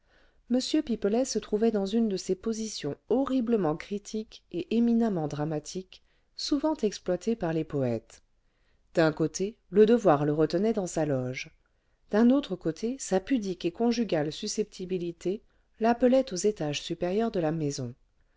m pipelet se trouvait dans une de ces positions horriblement critiques et éminemment dramatiques souvent exploitées par les poëtes d'un côté le devoir le retenait dans sa loge d'un autre côté sa pudique et conjugale susceptibilité l'appelait aux étages supérieurs de la maison